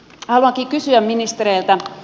haluankin kysyä ministereiltä